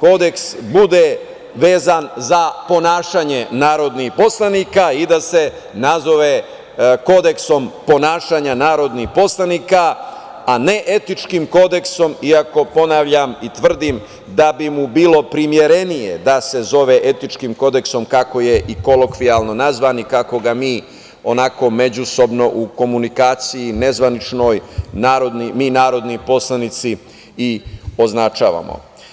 Kodeks, bude vezan za ponašanje narodnih poslanika i da se nazove Kodeksom ponašanja narodnih poslanika, a ne etičkim kodeksom, iako ponavljam i tvrdim da bi mu bilo primerenije da se zove etičkim kodeksom, kako je i kolokvijalno nazvan i kako ga mi onako međusobno u komunikaciji, nezvaničnoj, mi narodni poslanici i označavamo.